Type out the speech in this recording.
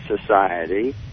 society